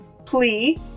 plea